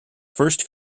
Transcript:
first